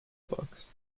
box